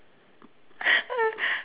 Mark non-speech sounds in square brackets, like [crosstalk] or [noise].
[laughs]